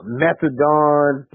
methadone